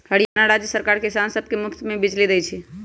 हरियाणा राज्य सरकार किसान सब के मुफ्त में बिजली देई छई